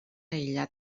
aïllat